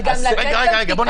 לסגר רוחבי.